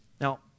Now